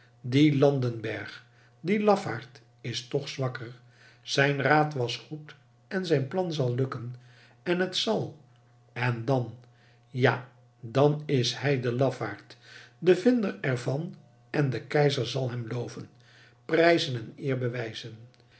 die landenberg die lafaard is toch wakker zijn raad was goed en zijn plan zal gelukken het zal en dan ja dan is hij de lafaard de vinder ervan en de keizer zal hem loven prijzen en eer bewijzen